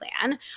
plan